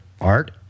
art